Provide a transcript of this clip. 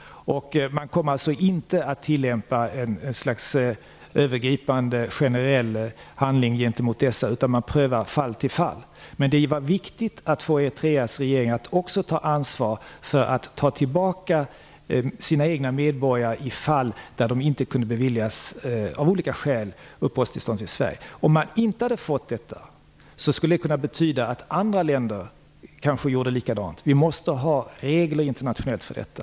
Man kommer således inte att behandla alla fall på ett övergripande generellt sätt. Man prövar fall till fall. Det är dock viktigt att få Eritreas regering att också ta ansvar för att ta tillbaka sina egna medborgare i de fall de av olika skäl inte har kunnat beviljas uppehållstillstånd i Sverige. Om man inte får till stånd det kan det betyda att andra länder kommer att göra likadant. Vi måste ha internationella regler för detta.